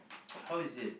how is it